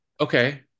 okay